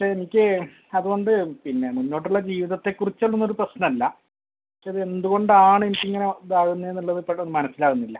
പക്ഷെ എനിക്ക് അതുകൊണ്ട് പിന്നെ മുന്നോട്ടുള്ള ജീവിതത്തെക്കുറിച്ചൊന്നും ഒരു പ്രശ്നമില്ല പക്ഷേ ഇതെന്ത് കൊണ്ടാണ് എനിക്കിങ്ങനെ ഇതാകുന്നേന്നുള്ളത് പെട്ടന്ന് മനസ്സിലാകുന്നില്ല